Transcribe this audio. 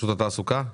שירות התעסוקה?